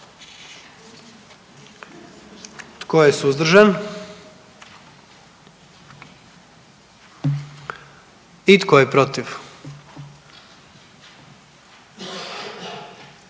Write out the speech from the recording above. Tko je suzdržan? I tko je protiv?